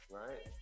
right